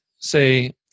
say